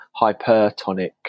hypertonic